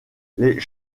les